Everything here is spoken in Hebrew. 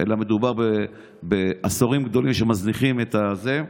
אלא מדובר בעשורים רבים שמזניחים את זה.